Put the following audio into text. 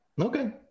Okay